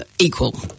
equal